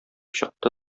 чыкты